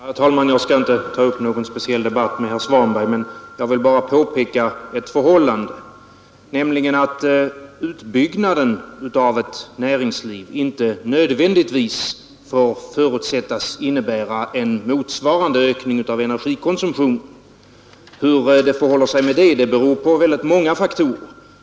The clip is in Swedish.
Herr talman! Jag skall inte ta upp någon speciell debatt med herr Svanberg. Jag vill bara påpeka att en utbyggnad av näringslivet inte nödvändigtvis får förutsättas innebära en motsvarande ökning av energikonsumtionen. Hur därmed förhåller sig beror på många faktorer.